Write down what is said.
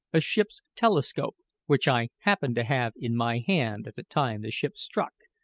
a ship's telescope, which i happened to have in my hand at the time the ship struck,